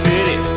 City